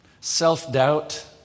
Self-doubt